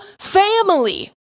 family